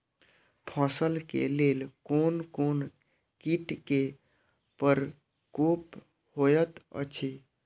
फसल के लेल कोन कोन किट के प्रकोप होयत अछि?